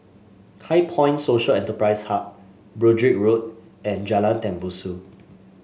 HighPoint Social Enterprise Hub Broadrick Road and Jalan Tembusu